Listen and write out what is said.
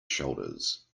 shoulders